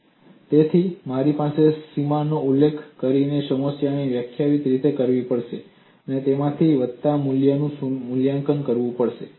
અર્ધ વિપરીત પદ્ધતિ તેથી મારે સીમાનો ઉલ્લેખ કરીને સમસ્યાને વ્યાખ્યાયિત કરવી પડશે અને તેમાંથી વત્તા નું મૂલ્યાંકન કરવું પડશે